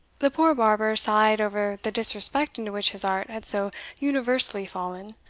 the poor barber sighed over the disrespect into which his art had so universally fallen,